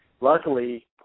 Luckily